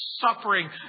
suffering